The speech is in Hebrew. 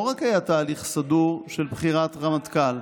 לא היה רק תהליך סדור של בחירת רמטכ"ל,